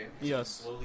Yes